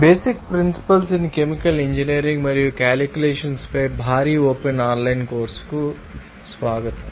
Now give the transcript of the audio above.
basic principles in chemical engineering మరియు calculations పై భారీ ఓపెన్ ఆన్లైన్ కోర్సుకు స్వాగతం